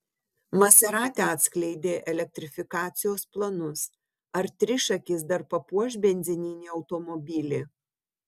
maserati atskleidė elektrifikacijos planus ar trišakis dar papuoš benzininį automobilį